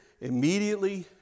immediately